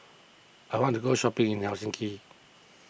I want to go shopping in Helsinki